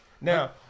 Now